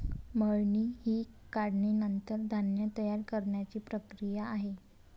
मळणी ही काढणीनंतर धान्य तयार करण्याची प्रक्रिया आहे